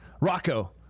Rocco